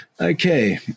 Okay